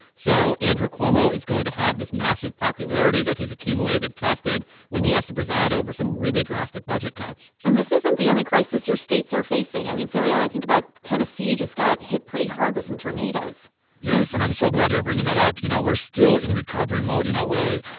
so andrew cuomo is going to have this massive popularity that he's accumulated tested when he has to preside over some really drastic budget cuts and this isn't the only crisis your states are facing. i mean, sergio, i think about tennessee just got hit pretty hard with some tornadoes yes. and i'm so glad you're bringing that up. you know, we're still in recovery mode in a you know way.